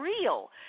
real